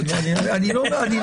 דרך אגב,